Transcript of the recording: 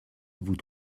vous